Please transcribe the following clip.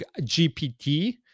GPT